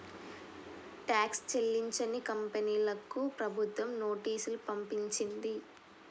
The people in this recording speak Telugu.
ట్యాక్స్ చెల్లించని కంపెనీలకు ప్రభుత్వం నోటీసులు పంపించింది